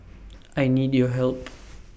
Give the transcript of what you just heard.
I need your help